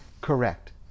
correct